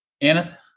Anna